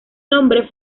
nombre